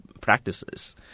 practices